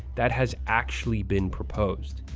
that has actually been proposed.